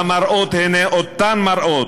המראות הם אותם המראות,